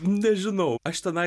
nežinau aš tenai